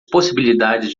possibilidades